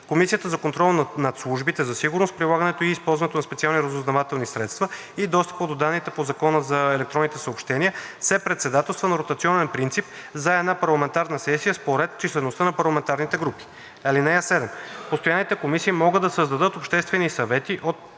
Комисията за контрол над службите за сигурност, прилагането и използването на специалните разузнавателни средства и достъпа до данните по Закона за електронните съобщения се председателства на ротационен принцип за една парламентарна сесия според числеността на парламентарните групи. (7) Постоянните комисии могат да създават обществени съвети от